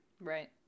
right